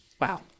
Wow